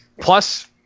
Plus